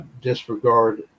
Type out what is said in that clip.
disregard